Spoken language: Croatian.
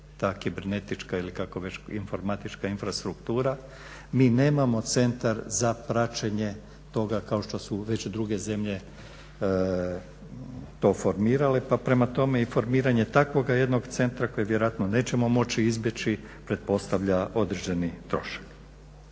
ta kibernetička ili kako već informatička infrastruktura. Mi nemamo centar za praćenje toga kao što su već druge zemlje to formirale, pa prema tome informiranje takvoga jednog centra koji vjerojatno nećemo moći izbjeći pretpostavlja određeni trošak.